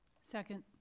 Second